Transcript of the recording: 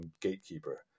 gatekeeper